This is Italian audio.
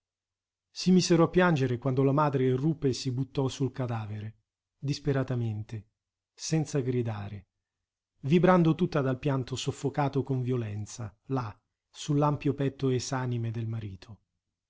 si misero a piangere quando la madre irruppe e si buttò sul cadavere disperatamente senza gridare vibrando tutta dal pianto soffocato con violenza là sull'ampio petto esanime del marito